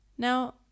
Now